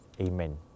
Amen